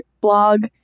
blog